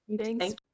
Thanks